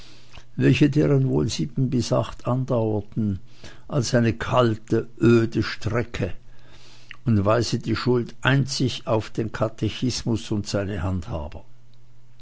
welche deren wohl sieben bis achte andauerte als eine kalte öde strecke und weise die schuld einzig auf den katechismus und seine handhaber